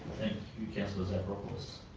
you, councillor zafiropoulos.